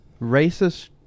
racist